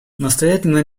настоятельно